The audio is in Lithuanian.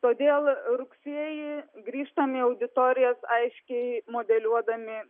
todėl rugsėjį grįžtame į auditorijas aiškiai modeliuodami